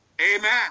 Amen